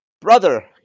Brother